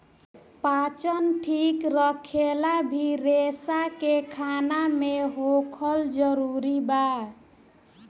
पाचन ठीक रखेला भी रेसा के खाना मे होखल जरूरी बा